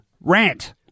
rant